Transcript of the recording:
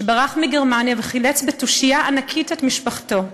שברח מגרמניה וחילץ בתושייה ענקית את משפחתו.